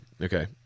Okay